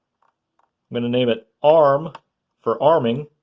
i mean and name it arm for arming.